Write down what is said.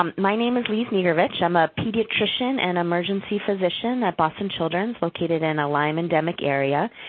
my name is lise nigrovic. i'm a pediatrician and emergency physician at boston children's located in a lyme endemic area,